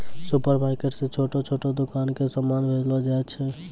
supermarket से छोटो छोटो दुकान मे समान भेजलो जाय छै